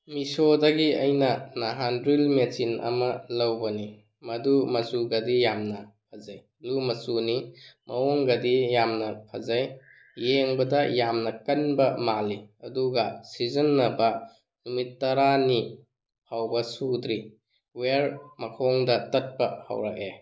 ꯃꯤꯁꯣꯗꯒꯤ ꯑꯩꯅ ꯅꯍꯥꯟ ꯗ꯭ꯔꯤꯜ ꯃꯦꯆꯤꯟ ꯑꯃ ꯂꯧꯕꯅꯤ ꯃꯗꯨ ꯃꯆꯨꯒꯗꯤ ꯌꯥꯝꯅ ꯐꯖꯩ ꯕ꯭ꯂꯨ ꯃꯆꯨꯅꯤ ꯃꯑꯣꯡꯒꯗꯤ ꯌꯥꯝꯅ ꯐꯖꯩ ꯌꯦꯡꯕꯗ ꯌꯥꯝꯅ ꯀꯟꯕ ꯃꯥꯜꯂꯤ ꯑꯗꯨꯒ ꯁꯤꯖꯟꯅꯕ ꯅꯨꯃꯤꯠ ꯇꯔꯥꯅꯤ ꯐꯥꯎꯕ ꯁꯨꯗ꯭ꯔꯤ ꯋꯌꯥꯔ ꯃꯈꯣꯡꯗ ꯇꯠꯄ ꯍꯧꯔꯛꯑꯦ